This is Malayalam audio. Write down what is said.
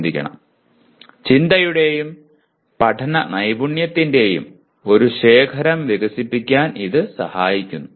ചിന്തയുടെയും പഠന നൈപുണ്യത്തിന്റെയും ഒരു ശേഖരം വികസിപ്പിക്കാൻ ഇത് സഹായിക്കുന്നു